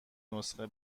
نسخه